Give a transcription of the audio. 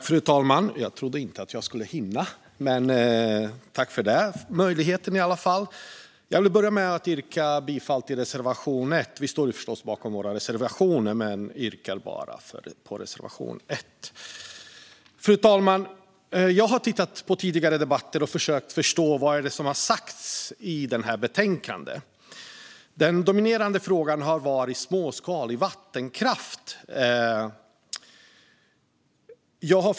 Fru talman! Jag vill börja med att yrka bifall till reservation 1. Vi står dock förstås bakom alla våra reservationer. Fru talman! Jag har tittat på tidigare debatter och försökt förstå vad som har sagts i det här betänkandet. Den dominerande frågan har varit småskalig vattenkraft.